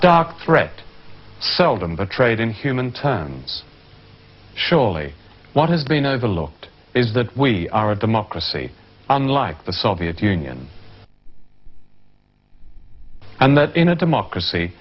dark threat seldom the trade in human terms surely what has been overlooked is that we are a democracy unlike the soviet union and that in a democracy